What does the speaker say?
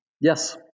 Yes